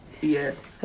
Yes